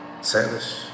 service